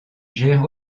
gère